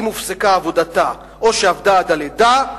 אם הופסקה עבודתה או שעבדה עד הלידה,